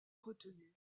retenue